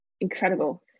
incredible